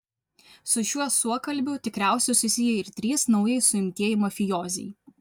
su šiuo suokalbiu tikriausiai susiję ir trys naujai suimtieji mafijoziai